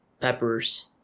peppers